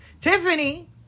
Tiffany